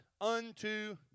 unto